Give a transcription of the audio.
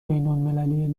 بینالمللی